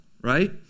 right